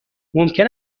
ممکن